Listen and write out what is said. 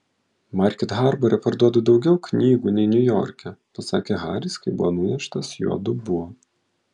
market harbore parduodu daugiau knygų nei niujorke pasakė haris kai buvo nuneštas jo dubuo